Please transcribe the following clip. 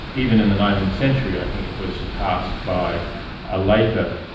even in the nineteenth century i think it was surpassed by a later